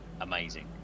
amazing